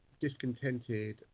discontented